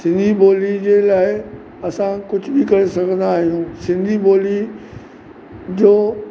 सिंधी ॿोलअ जे लाइ असां कुझु बि करे सघंदा आहियूं सिंधी ॿोलीअ जो